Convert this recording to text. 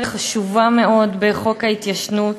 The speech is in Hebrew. בחוק ההתיישנות.